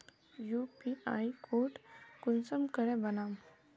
UPI code कुंसम करे बनाम?